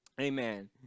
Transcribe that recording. Amen